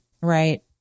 Right